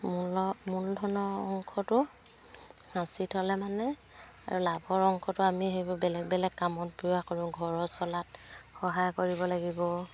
মূলৰ মূলধনৰ অংশটো সাঁচি থ'লে মানে আৰু লাভৰ অংশটো আমি সেইবোৰ বেলেগ বেলেগ কামত ব্যৱহাৰ কৰোঁ ঘৰৰ চলাত সহায় কৰিব লাগিব